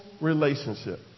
relationship